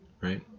right